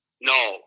No